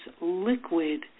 liquid